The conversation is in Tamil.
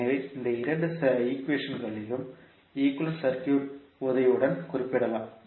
எனவே இந்த இரண்டு ஈக்விஷன்களையும் ஈக்குவேலன்ட் சர்க்யூட் உதவியுடன் குறிப்பிடலாம்